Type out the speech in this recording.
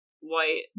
white